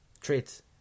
Traits